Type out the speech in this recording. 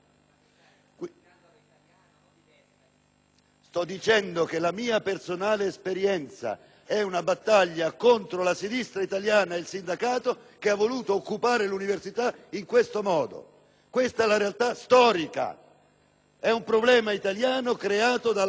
Sto dicendo che la mia personale esperienza è una battaglia contro la sinistra italiana e il sindacato, che hanno voluto occupare l'università in questo modo. Questa è la realtà storica. È un problema italiano creato dalla sinistra italiana.